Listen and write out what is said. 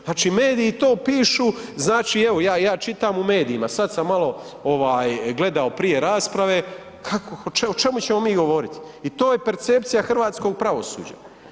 Znači mediji to pišu, znači evo ja čitam u medijima, sad sam malo ovaj gledao prije rasprave, kako, o čemu ćemo mi govorit i to je percepcija hrvatskog pravosuđa.